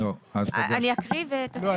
אני אקריא ותסביר.